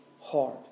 hard